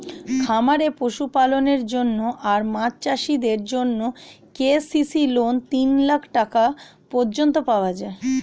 খামারে পশুপালনের জন্য আর মাছ চাষিদের জন্যে কে.সি.সি লোন তিন লাখ টাকা পর্যন্ত পাওয়া যায়